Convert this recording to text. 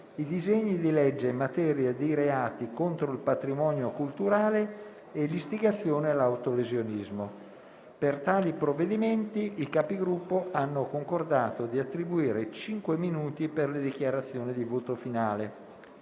i disegni di legge in materia di reati contro il patrimonio culturale e di istigazione all'autolesionismo. Per tali provvedimenti, i Capigruppo hanno concordato di attribuire cinque minuti per le dichiarazioni di voto finale.